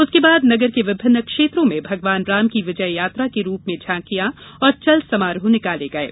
उसके बाद नगर के विभिन्न क्षेत्रों में भगवान राम की विजय यात्रा के रूप में झांकियां और चल समारोह निकाले गये